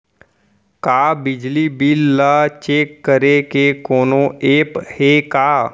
का बिजली बिल ल चेक करे के कोनो ऐप्प हे का?